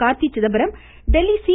Karthi Chidambaram Delhi C